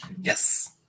Yes